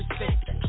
respect